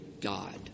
God